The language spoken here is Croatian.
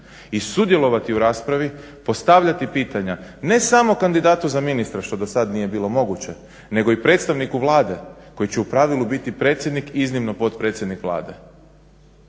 i sudjelovati u raspravi, postavljati pitanja, ne samo kandidatu za ministra što do sada nije bilo moguće nego i predstavniku Vlade koji će u pravilu biti predsjednik i iznimno potpredsjednik Vlade.